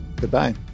Goodbye